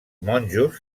monjos